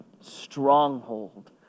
stronghold